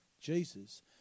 Jesus